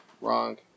Wrong